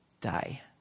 die